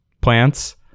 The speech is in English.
plants